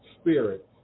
spirits